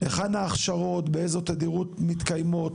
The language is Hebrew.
היכן ההכשרות, באיזה תדירות מתקיימות?